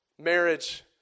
Marriage